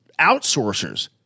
outsourcers